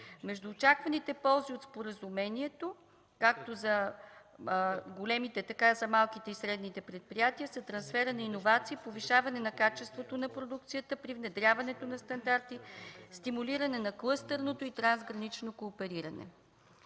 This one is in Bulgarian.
Между очакваните ползи от споразумението, както за големите, така и за малките и средни предприятия, са трансферът на иновации, повишаване на качеството на продукцията при внедряването на стандарти, стимулиране на клъстерното и трансгранично коопериране.